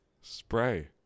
Spray